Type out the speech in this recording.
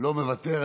לא מוותר,